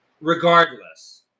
regardless